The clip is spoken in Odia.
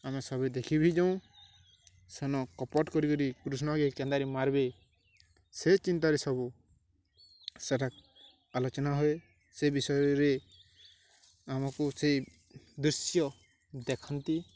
ଆମେ ସବୁ ଦେଖି ବିି ଯାଉଁ ସେନ କପଟ କରିକରି କୃଷ୍ଣକ କେନ୍ଦାରୀ ମାରବେ ସେ ଚିନ୍ତାରେ ସବୁ ସେଠା ଆଲୋଚନା ହୁଏ ସେ ବିଷୟରେ ଆମକୁ ସେଇ ଦୃଶ୍ୟ ଦେଖନ୍ତି